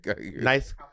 nice